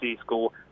school